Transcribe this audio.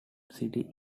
city